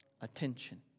Attention